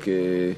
רק,